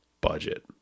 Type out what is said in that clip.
budget